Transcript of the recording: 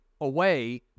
away